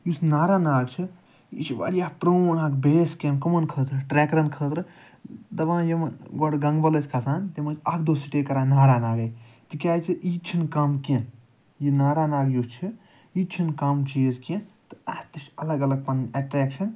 یُس ناراناگ چھُ یہِ چھُ واریاہ پرٛون اَکھ بیس کیٚمپ کٕمَن خٲطرٕ ٹرٛیکرَن خٲطرٕ دَپان یِم گۄڈٕ گَنٛگہٕ بَل ٲسۍ کھسان تِم ٲسۍ اَکھ دۄہ سِٹیٚے کران ناراناگٕے تِکیٛازِ یہِ تہِ چھُنہٕ کَم کیٚنٛہہ یہِ ناراناگ یُس چھُ یہِ تہِ چھُنہٕ کَم چیٖز کیٚنٛہہ تہٕ اَتھ تہِ چھِ الگ الگ پَنٕنۍ اَٹرٛیکشن